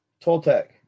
Toltec